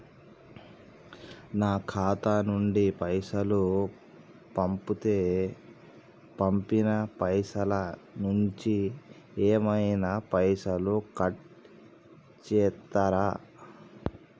నా ఖాతా నుండి పైసలు పంపుతే పంపిన పైసల నుంచి ఏమైనా పైసలు కట్ చేత్తరా?